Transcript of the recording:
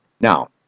Now